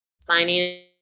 signing